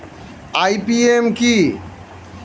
IPM কি?